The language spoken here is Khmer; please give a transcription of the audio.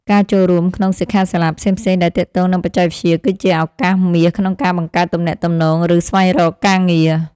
ការចូលរួមក្នុងសិក្ខាសាលាផ្សេងៗដែលទាក់ទងនឹងបច្ចេកវិទ្យាគឺជាឱកាសមាសក្នុងការបង្កើតទំនាក់ទំនង ឬ ស្វែងរកការងារ។